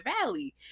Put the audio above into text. Valley